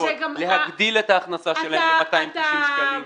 להגדיל את ההכנסה שלהן ב-290 שקלים